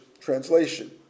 translation